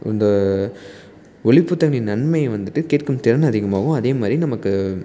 இந்த ஒலி புத்தகங்களின் நன்மையை வந்துட்டு கேட்கும் திறன் அதிகமாகவும் அதே மாதிரி நமக்கு